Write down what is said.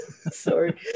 Sorry